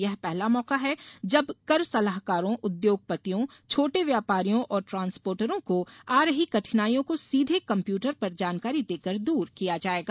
यह पहला मौका है जब कर सलाहकारों उद्योगपतियों छोटे व्यापारियों और ट्रांसपोटरों को आ रही कठिनाईयों को सीधे कम्प्यूटर पर जानकारी देकर दूर किया जायेगा